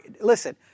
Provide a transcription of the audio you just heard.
listen